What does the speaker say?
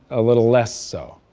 a little less so.